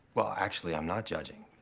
well, actually, i'm not judging.